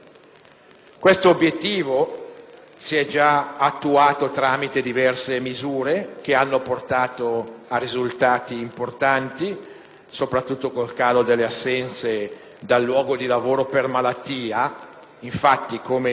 Questo obiettivo è stato già attuato tramite diverse misure che hanno portato a risultati importanti, in primo luogo il calo delle assenze dal luogo di lavoro per malattia. Infatti, come